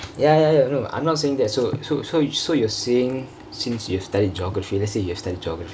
ya ya ya no I'm not sayingk that so so so so you're sayingk since you studied geography let's say you have studied geography